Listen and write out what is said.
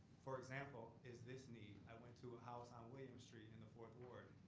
for example, is this need? i went to a house on williams street in the fourth ward,